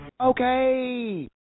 Okay